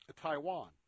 Taiwan